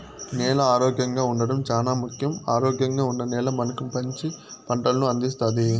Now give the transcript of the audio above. నేల ఆరోగ్యంగా ఉండడం చానా ముఖ్యం, ఆరోగ్యంగా ఉన్న నేల మనకు మంచి పంటలను అందిస్తాది